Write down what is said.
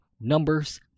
numbers